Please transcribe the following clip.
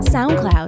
SoundCloud